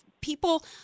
people